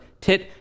tit